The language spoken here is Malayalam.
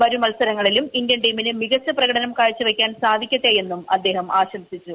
വരും മത്സരങ്ങളിലും ഇന്ത്യൻ ടീമിന് മികച്ച പ്രകടനം കാഴ്ച വയ്ക്കാൻ സാധിക്കട്ടെയെന്നും അദ്ദേഹം ആശംസിച്ചു